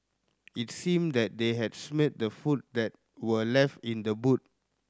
it seemed that they had smelt the food that were left in the boot